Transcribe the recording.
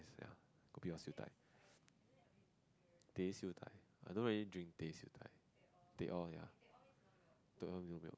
kopi-O siew dai teh siew dai I don't really drink teh siew dai teh-O ya teh-O no milk